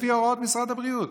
לפי הוראות משרד הבריאות.